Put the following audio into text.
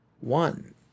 one